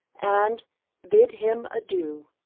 and bid him adieu.